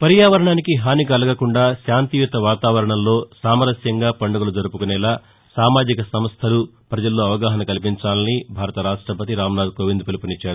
పర్యావరణానికి హాని కలగకుండా శాంతియుత వాతావరణంలో సామరస్యంగా పండుగలు జరుపుకొనేలా సామాజిక సంస్థలు ప్రజల్లో అవగాహన కల్పించాలని రాష్టపతి రామ్నాథ్కోవింద్ పిలుపునిచ్చారు